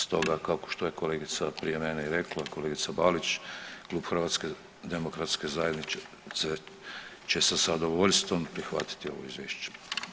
Stoga kako što je kolegica prije mene i rekla, kolegica Balić, Klub HDZ-a će sa zadovoljstvom prihvatiti ovo izvješće.